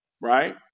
right